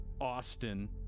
Austin